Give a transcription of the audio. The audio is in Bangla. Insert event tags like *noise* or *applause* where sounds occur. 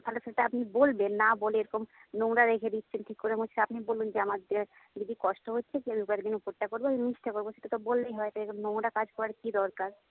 তাহলে সেটা আপনি বলবেন না বলে এরকম নোংরা রেখে দিচ্ছেন কি করে *unintelligible* আপনি বলুন যে আমার *unintelligible* দিদি কষ্ট হচ্ছে *unintelligible* ওপরটা করবে আমি নিচটা করবো সেটা তো বললেই হয় তা এরম নোংরা কাজ করার কি দরকার